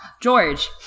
George